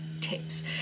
tips